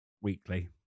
weekly